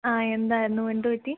ആ എന്തായിരുന്നു എന്ത് പറ്റി